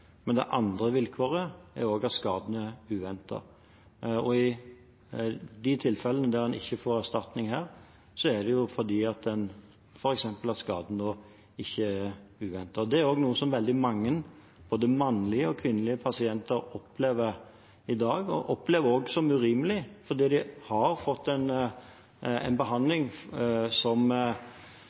er uventet. I de tilfellene hvor en ikke får erstatning, er det f.eks. fordi skaden ikke er uventet. Det er noe som veldig mange – både mannlige og kvinnelige pasienter – opplever i dag, og også opplever som urimelig fordi de har fått en behandling som gir en risiko for skade, og de får den skaden. De opplever det da som